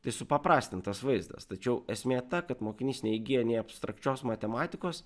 tai supaprastintas vaizdas tačiau esmė ta kad mokinys neįgyja nei abstrakčios matematikos